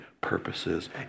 purposes